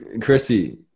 Chrissy